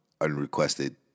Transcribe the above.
unrequested